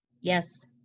Yes